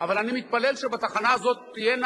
כך באה סדרת תרגילים.